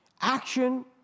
action